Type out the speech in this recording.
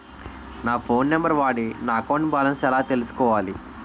నా phone number వాడి నా అకౌంట్ బాలన్స్ ఎలా తెలుసుకోవాలి?